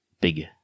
big